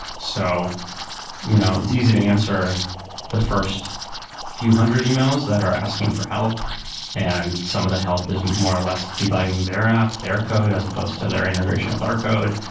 so you know it's easy to answer the first few hundred e-mails that are asking for help and some of the help is more or less debugging their app, their code, as opposed to their integration with our code,